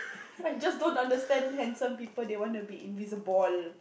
I just don't understand handsome people they want to be invisible